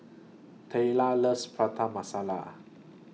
Taliyah loves Prata Masala